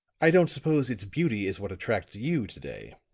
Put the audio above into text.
i don't suppose its beauty is what attracts you to-day.